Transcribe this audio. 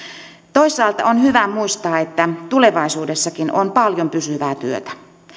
toisaalta on hyvä muistaa että tulevaisuudessakin on paljon pysyvää työtä